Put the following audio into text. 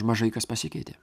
mažai kas pasikeitė